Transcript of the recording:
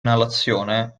inalazione